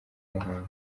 muhango